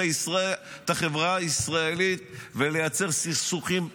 החברה הישראלית ולייצר סכסוכים פנימיים.